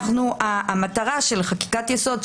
המטרה של חקיקת יסוד,